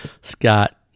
Scott